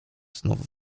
znów